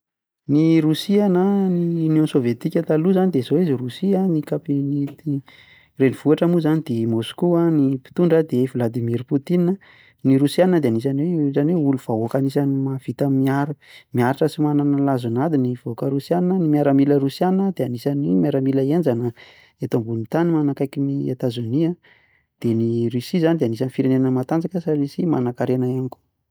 Ny Rosia na ny union sovetika taloha an dia izao izy Rosia. ny capi- ny renivohitra moa dia i moscou an, ny mpitondra dia i Vladimir Poutine, ny rosiana dia anisan'ny vahoaka mahavita miaritra sy manana lazon'ady ny vahoaka rosiana, ny miaramila rosiana dia anisan'ny miaramila henjana eto ambonin'ny tany manakaiky an'i Etazonia. De ny Rosia izany dia anisan'ny firenena matanjaka sy manakarena izany koa.